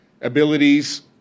abilities